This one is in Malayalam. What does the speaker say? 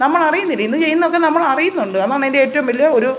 നമ്മൾ അറിയുന്നില്ല ഇന്ന് ചെയ്യുന്നതൊക്കെ നമ്മൾ അറിയുന്നുണ്ട് അതാണ് അതിൻ്റെ ഏറ്റവും വലിയ ഒരു